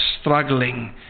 struggling